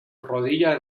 rodilla